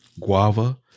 Guava